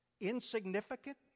Insignificant